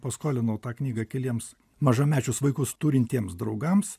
paskolinau tą knygą keliems mažamečius vaikus turintiems draugams